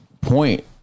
point